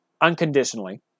unconditionally